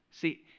See